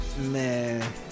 man